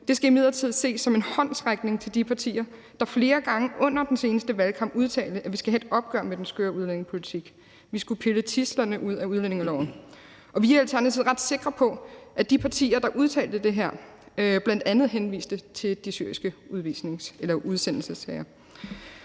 nu, skal imidlertid ses som en håndsrækning til de partier, der flere gange under den seneste valgkamp udtalte, at vi skal have et opgør med den skøre udlændingepolitik – vi skulle pille tidslerne ud af udlændingeloven. Og vi er i Alternativet ret sikre på, at de partier, der udtalte det her, bl.a. henviste til de syriske udsendelsessager.